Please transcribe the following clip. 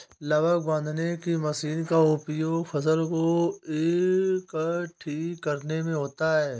लावक बांधने की मशीन का उपयोग फसल को एकठी करने में होता है